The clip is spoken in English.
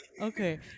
Okay